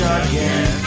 again